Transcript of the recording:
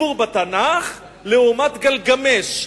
הסיפור בתנ"ך לעומת גלגמש,